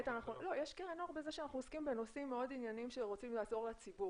יש קרן אור בזה שאנחנו עוסקים בנושאים מאוד ענייניים שיעזרו לציבור.